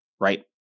right